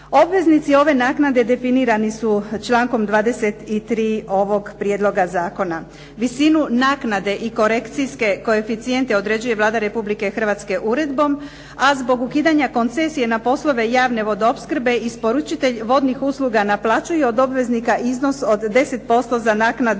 Obveznici ove naknade definirani su člankom 23. ovog prijedloga zakona. Visinu naknade i korekcijske koeficijente određuje Vlada Republike Hrvatske uredbom, a zbog ukidanja koncesije na poslove javne vodoopskrbe isporučitelj vodnih usluga naplaćuje od obveznika iznos od 10% za naknadu